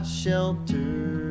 shelter